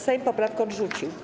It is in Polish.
Sejm poprawkę odrzucił.